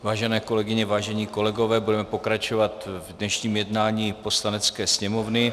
Vážené kolegyně, vážení kolegové, budeme pokračovat v dnešním jednáním Poslanecké sněmovny.